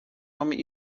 moment